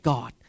God